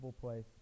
place